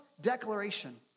declaration